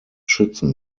schützen